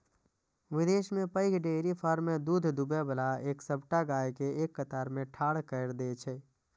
विदेश मे पैघ डेयरी फार्म मे दूध दुहै बला सबटा गाय कें एक कतार मे ठाढ़ कैर दै छै